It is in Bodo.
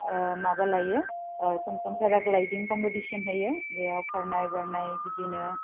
माबा लायो सम सम पाराग्लाइडिं कम्पिटिसन होयो बेयाव खारनाय बारनाय बिदिनो